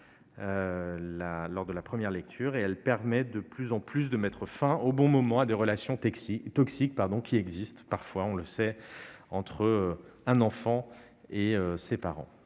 chiffres en première lecture - et permet de plus en plus de mettre fin au bon moment aux relations toxiques qui existent parfois- nous le savons -entre un enfant et ses parents.